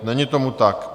Není tomu tak.